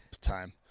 time